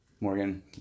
Morgan